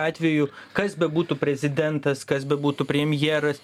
atveju kas bebūtų prezidentas kas bebūtų premjeras